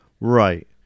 Right